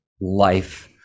life